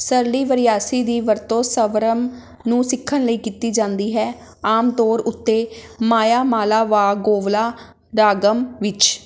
ਸਰਲੀ ਵਰਿਸਾਈ ਦੀ ਵਰਤੋਂ ਸਵਰਮ ਨੂੰ ਸਿੱਖਣ ਲਈ ਕੀਤੀ ਜਾਂਦੀ ਹੈ ਆਮ ਤੌਰ ਉੱਤੇ ਮਾਯਾਮਾਲਾਵਾਗੋਵਲਾ ਰਾਗਮ ਵਿੱਚ